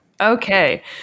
Okay